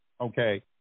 okay